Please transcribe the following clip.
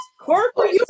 Corporate